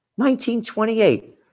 1928